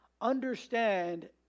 Understand